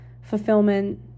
fulfillment